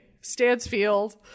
Stansfield